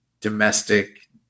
domestic